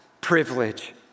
privilege